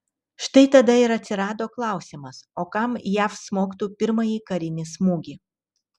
štai tada ir atsirado klausimas o kam jav smogtų pirmąjį karinį smūgį